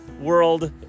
world